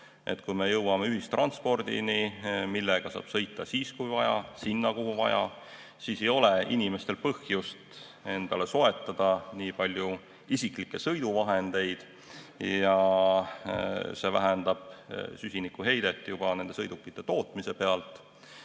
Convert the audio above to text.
Kui me jõuame ühistranspordini, millega saab sõita siis, kui vaja, sinna, kuhu vaja, siis ei ole inimestel põhjust endale soetada nii palju isiklikke sõiduvahendeid. See vähendab süsinikuheidet juba nende sõidukite tootmise pealt